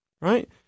Right